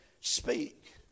speak